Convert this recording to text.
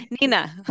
Nina